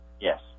Yes